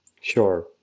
Sure